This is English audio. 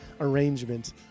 arrangement